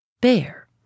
Bear